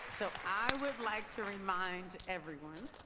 so i would like to remind everyone,